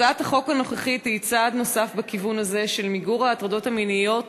הצעת החוק הנוכחית היא צעד נוסף בכיוון הזה של מיגור ההטרדות המיניות